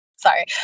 sorry